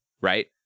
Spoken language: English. Right